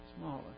smaller